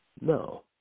No